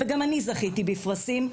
וגם אני זכיתי בפרסים,